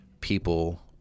people